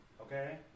Okay